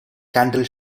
candle